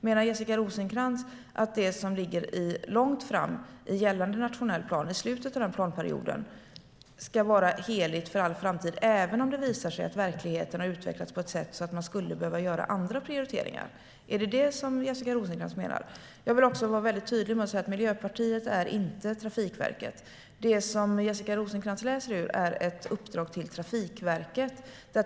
Menar Jessica Rosencrantz att det som ligger långt fram i gällande nationell plan och i slutet av den planperioden ska vara heligt för all framtid, även om det visar sig att verkligheten har utvecklats på ett sätt så att man skulle behöva göra andra prioriteringar? Är det detta som Jessica Rosencrantz menar? Jag vill vara tydlig med att säga att Miljöpartiet inte är Trafikverket. Det som Jessica Rosencrantz läser ur är ett uppdrag till Trafikverket.